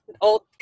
old